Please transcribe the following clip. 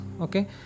okay